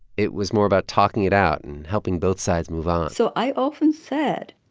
it was more about talking it out and helping both sides move on so i often said,